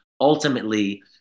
ultimately